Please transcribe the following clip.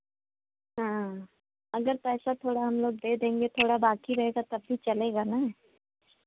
हाँ अगर पैसा थोड़ा हमलोग दे देंगे थोड़ा बांकी रहेगा तब भी चलेगा ना